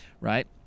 right